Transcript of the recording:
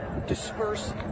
disperse